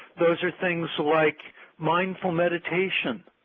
those are things like mindful meditation,